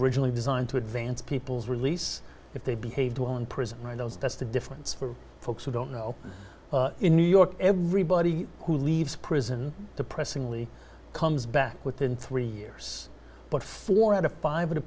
originally designed to advance people's release if they behaved well in prison right those that's the difference for folks who don't know in new york everybody who leaves prison depressingly comes back within three years but four out of five of the